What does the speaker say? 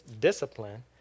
discipline